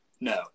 No